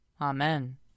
Amen